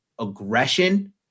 aggression